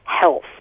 health